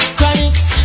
Chronics